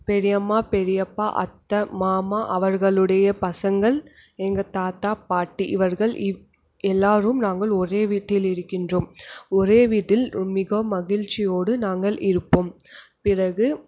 பெரியம்மா பெரியப்பா அத்தை மாமா அவர்களுடைய பசங்கள் எங்கள் தாத்தா பாட்டி இவர்கள் எல்லாேரும் நாங்கள் ஒரே வீட்டில் இருக்கின்றோம் ஒரே வீட்டில் மிக மகிழ்ச்சியோடு நாங்கள் இருப்போம் பிறகு